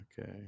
Okay